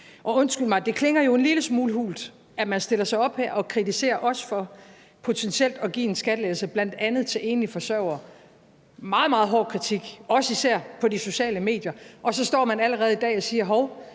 Undskyld mig, det klinger jo en lille smule hult, at man stiller sig op her og kritiserer os for potentielt at give en skattelettelse, bl.a. til enlige forsørgere – en meget, meget hård kritik, også især på de sociale medier – og at man så allerede i dag står og siger, at